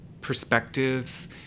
perspectives